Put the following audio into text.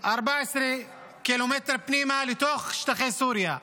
14 קילומטר פנימה לתוך שטחי סוריה.